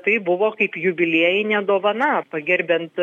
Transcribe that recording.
tai buvo kaip jubiliejinė dovana pagerbiant